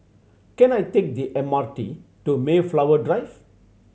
can I take the M R T to Mayflower Drive